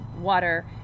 water